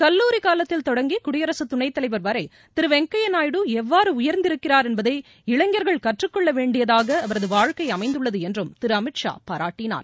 கல்லூரி காலத்தில் தொடங்கி குடியரசுத் துணைத்தலைவர் வரை திரு வெங்கையா நாயுடு எவ்வாறு உயர்ந்திருக்கிறார் என்பதை இளைஞர்கள் கற்றுக்கொள்ள வேண்டியதாக அவரது வாழ்க்கை அமைந்துள்ளது என்றும் திரு அமித் ஷா பாராட்டினார்